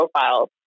profiles